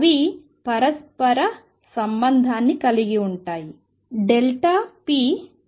అవి పరస్పర రెసిప్రోకల్ సంబంధాన్ని కలిగి ఉంటాయి